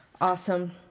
Awesome